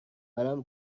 منم